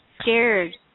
scared